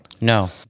no